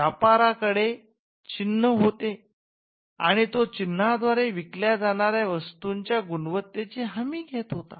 व्यापाऱ्या कडे चिन्ह होते आणि तो चीन्हाद्वारे विकल्या जाणाऱ्या वस्तूच्या गुणवत्तेची हमी घेत होता